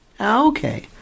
Okay